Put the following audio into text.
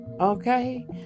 Okay